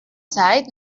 zeit